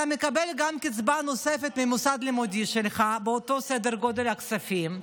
אתה מקבל קצבה נוספת מהמוסד הלימודי שלך באותו סדר גודל של כספים,